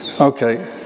Okay